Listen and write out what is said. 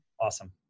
Awesome